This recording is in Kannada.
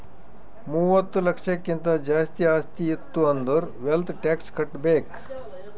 ಮೂವತ್ತ ಲಕ್ಷಕ್ಕಿಂತ್ ಜಾಸ್ತಿ ಆಸ್ತಿ ಇತ್ತು ಅಂದುರ್ ವೆಲ್ತ್ ಟ್ಯಾಕ್ಸ್ ಕಟ್ಬೇಕ್